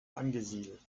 angesiedelt